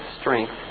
strength